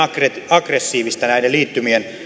aggressiivista liittymien